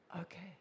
Okay